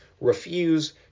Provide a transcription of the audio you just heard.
refuse